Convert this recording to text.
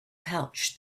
pouch